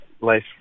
life